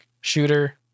shooter